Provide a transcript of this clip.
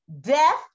Death